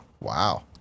Wow